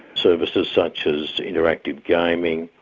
services such as interactive gaming,